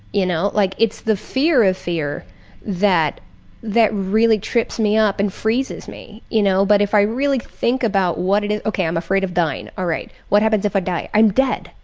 you know, like it's the fear of fear that that really trips me up and freezes me. you know but if i really think about what it is ok, i'm afraid of dying. all right. what happens if i die? i'm dead.